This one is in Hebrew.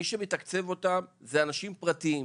מי שמתקצב אותם זה אנשים פרטיים.